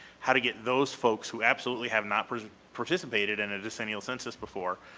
how to get those folks who absolutely have not participated in a decennial census before,